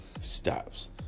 stops